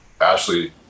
Ashley